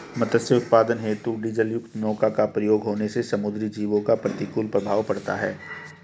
मत्स्य उत्पादन हेतु डीजलयुक्त नौका का प्रयोग होने से समुद्री जीवों पर प्रतिकूल प्रभाव पड़ता है